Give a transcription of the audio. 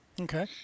Okay